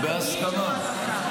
בהסכמה.